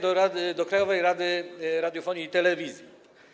Do Krajowej Rady Radiofonii i Telewizji.